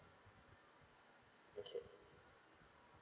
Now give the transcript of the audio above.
okay